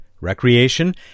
recreation